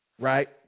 right